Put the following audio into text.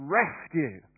rescue